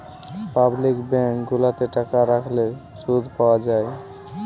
public bank গুলাতে টাকা রাখলে শুধ পাওয়া যায়